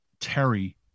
Terry